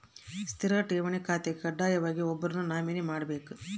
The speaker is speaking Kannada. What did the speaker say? ಸ್ಥಿರ ಠೇವಣಿ ಖಾತೆಗೆ ಕಡ್ಡಾಯವಾಗಿ ಒಬ್ಬರನ್ನು ನಾಮಿನಿ ಮಾಡ್ಲೆಬೇಕ್